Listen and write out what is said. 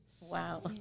Wow